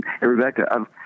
Rebecca